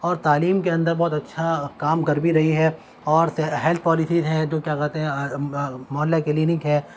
اور تعلیم کے اندر بہت اچھا کام کر بھی رہی ہے اور ہیلتھ پالیسیز ہیں جو کیا کہتے ہیں محلہ کلینک ہے